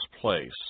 place